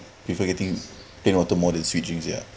prefer getting plain water more than sweet drinks ya